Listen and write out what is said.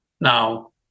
Now